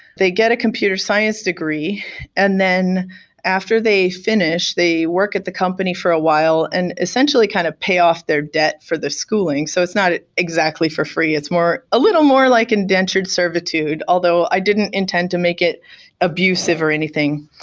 they get a computer science degree and then after they finish, they work at the company for a while and essentially kind of pay off their debt for their schooling so it's not exactly for free. it's a little more like indentured servitude. although, i didn't intend to make it abusive or anything.